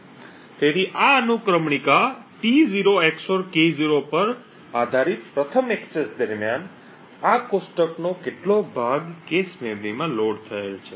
તેથી આ અનુક્રમણિકા T0 XOR K0 પર આધારિત પ્રથમ એક્સેસ દરમિયાન આ કોષ્ટકનો કેટલોક ભાગ cache મેમરીમાં લોડ થયેલ છે